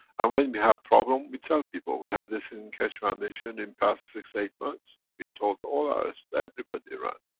and when we have problem, we tell people. we had this in keshe foundation, in past six, eight months, we told all our st. everybody around.